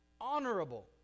Honorable